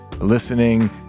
listening